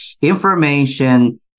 Information